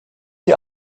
die